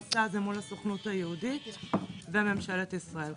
'מסע' זה מול הסוכנות היהודית וממשלת ישראל.